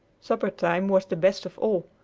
supper-time was the best of all,